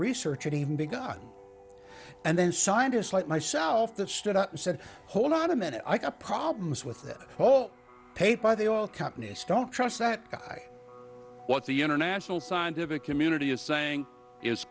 begun and then scientists like myself that stood up and said hold on a minute i got problems with this whole paid by the oil companies don't trust that guy what the international scientific community is saying is